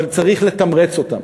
אבל צריך לתמרץ אותן.